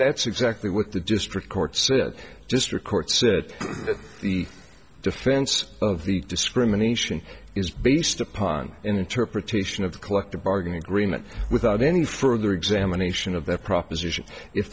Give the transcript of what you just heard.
that's exactly what the district court said district court said that the defense of the discrimination is based upon an interpretation of the collective bargaining agreement without any further examination of the proposition if